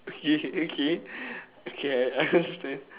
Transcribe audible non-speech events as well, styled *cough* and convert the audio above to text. okay okay *breath* okay I understand